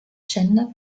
gender